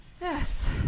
Yes